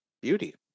Beauty